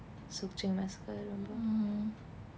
sook ching massacre